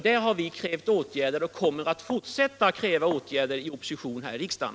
Där har vi krävt åtgärder och kommer att fortsätta att kräva åtgärder i opposition här i riksdagen.